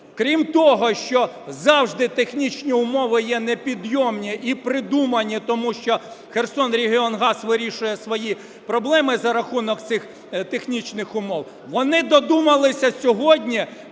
Крім того, що завжди технічні умови є непідйомні і придумані, тому що "Херсонрегіонгаз" вирішує свої проблеми за рахунок цих технічних умов, вони додумалися сьогодні